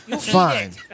Fine